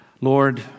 Lord